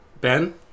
Ben